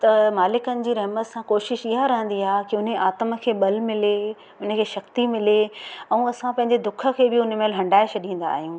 त मालिकनि जी रहिमत सां कोशिशि इहा रहंदी आहे की उन आत्मा खे बल मिले उनखे शक्ती मिले ऐं असां पंहिंजे दुख के बि उन महिल हंडाए छॾींदा आहियूं